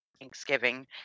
Thanksgiving